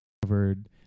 covered